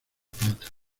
plata